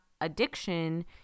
addiction